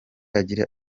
agira